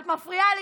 את מפריעה לי,